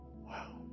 wow